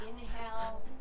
Inhale